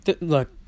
Look